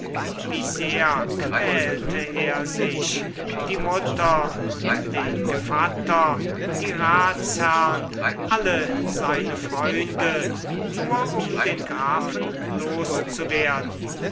wie sehr quälte er sich die mutter und den gevatter die ratsherren alle seine freunde nur um den grafen